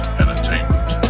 entertainment